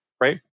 right